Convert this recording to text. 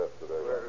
yesterday